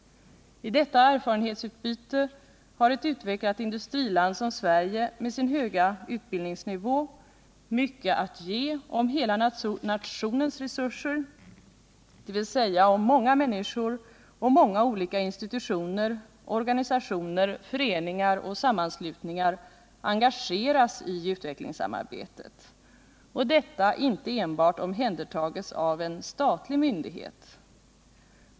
I detta erfarenhetsutbyte har ett utvecklat industriland som Sverige med sin höga utbildningsnivå mycket att ge om hela nationens resurser, dvs. om många människor och många olika institutioner, organisationer, föreningar och sammanslutningar engageras i utvecklingssamarbetet och detta inte enbart omhändertas av en statlig myndighet.